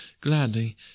gladly